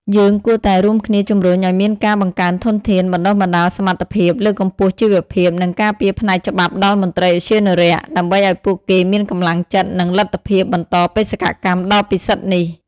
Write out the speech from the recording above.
យើងគួរតែរួមគ្នាជំរុញឲ្យមានការបង្កើនធនធាន បណ្តុះបណ្តាលសមត្ថភាព លើកកម្ពស់ជីវភាព និងការពារផ្នែកច្បាប់ដល់មន្ត្រីឧទ្យានុរក្ស ដើម្បីឲ្យពួកគេមានកម្លាំងចិត្ត និងលទ្ធភាពបន្តបេសកកម្មដ៏ពិសិដ្ឋនេះ។